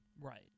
Right